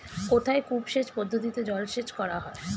কোথায় কূপ সেচ পদ্ধতিতে জলসেচ করা হয়?